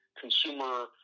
consumer –